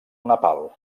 nepal